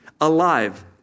alive